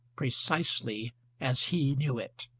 precisely as he knew it.